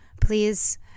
please